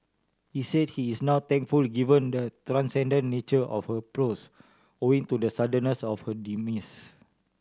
he said he is now thankful given the transcendent nature of her prose owing to the suddenness of her demise